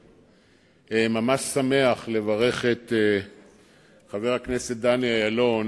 אני ממש שמח לברך את חבר הכנסת דני אילון